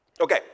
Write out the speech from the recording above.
Okay